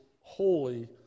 holy